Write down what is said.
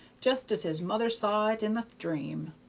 just as his mother saw it in the dream.